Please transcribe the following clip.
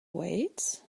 weights